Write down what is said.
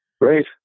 Great